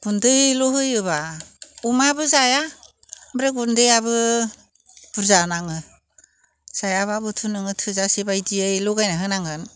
गुन्दैल' होयोब्ला अमायाबो जाया आमफ्राय गुन्दैयाबो बुरजा नाङो जायाब्लाबोथ' नोङो थोजासेबायदियै लगायनानै होनांगोन